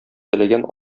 теләгән